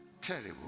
terrible